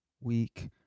week